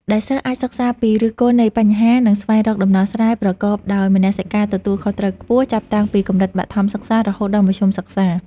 ដែលសិស្សអាចសិក្សាពីឫសគល់នៃបញ្ហា និងស្វែងរកដំណោះស្រាយប្រកបដោយមនសិការទទួលខុសត្រូវខ្ពស់ ចាប់តាំងពីកម្រិតបឋមសិក្សារហូតដល់មធ្យមសិក្សា។